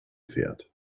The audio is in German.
fährt